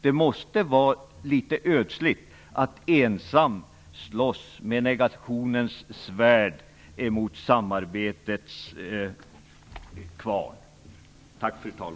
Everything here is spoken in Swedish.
Det måste vara litet ödsligt att ensam slåss med negationens svärd emot samarbetets kval.